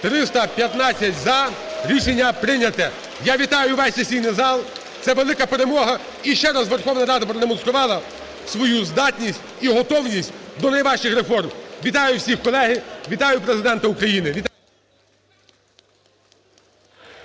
За-315 Рішення прийняте. (Оплески) Я вітаю весь сесійний зал, це велика перемога і ще раз Верховна Рада продемонструвала свою здатність, і готовність до найважчих реформ. Вітаю всіх, колеги, вітаю Президента України.